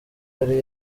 yari